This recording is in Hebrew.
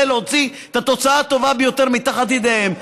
להוציא את התוצאה הטובה ביותר מתחת ידיהם,